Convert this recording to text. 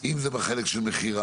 אם זה בחלק של מכירה,